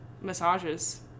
massages